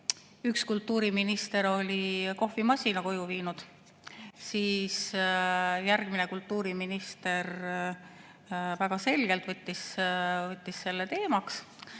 üks kultuuriminister oli kohvimasina koju viinud, siis järgmine kultuuriminister väga selgelt võttis selle teemaks.